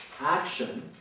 action